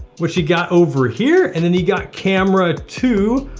which you got over here. and then you got camera two,